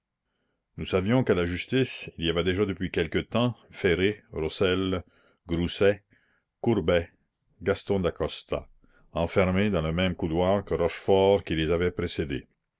nous savions qu'à la justice il y avait déjà depuis quelques temps ferré rossel grousset courbet gaston dacosta enfermés dans le même couloir que rochefort qui les avait précédés